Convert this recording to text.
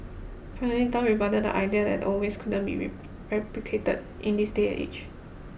finally Tan rebutted the idea that the old ways couldn't be reap replicated in this day and age